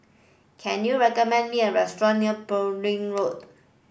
can you recommend me a restaurant near Road